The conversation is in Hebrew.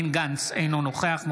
אינה נוכחת בנימין גנץ,